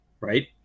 right